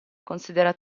considera